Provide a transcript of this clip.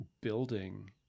building